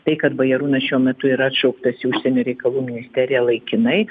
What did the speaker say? tai kad bajarūnas šiuo metu yra atšauktas į užsienio reikalų ministeriją laikinai